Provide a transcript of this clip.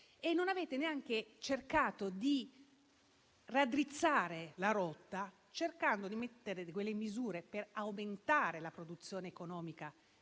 Non avete neanche cercato di raddrizzare la rotta, cercando di introdurre delle misure per aumentare la produzione economica